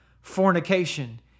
fornication